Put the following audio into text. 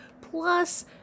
plus